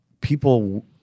people